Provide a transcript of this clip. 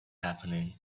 happening